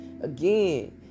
Again